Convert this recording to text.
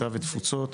קליטה ותפוצות.